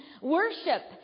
Worship